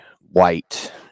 white